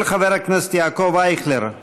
של חבר הכנסת יעקב אייכלר.